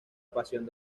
pasión